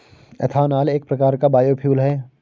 ethanol एक प्रकार का बायोफ्यूल है